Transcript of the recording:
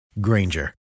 Granger